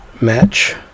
match